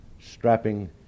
strapping